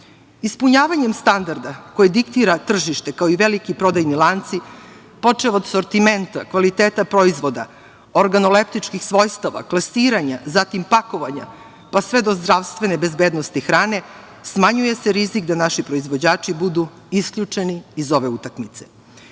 standarde. Ispunjavanjem standarda koje diktira tržište, kao i veliki prodajni lanci, počev od sortimenta, kvaliteta proizvoda, organoleptičkih svojstava, klasiranja, zatim pakovanja, pa sve do zdravstvene bezbednosti hrane, smanjuje se rizik da naši proizvođači budu isključeni iz ove utakmice. Lično